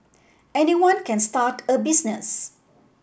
anyone can start a business